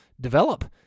develop